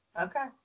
okay